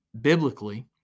biblically